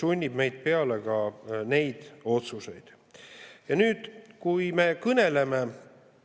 sunnib meile peale ka neid otsuseid. Nüüd, kui me kõneleme